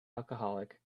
alcoholic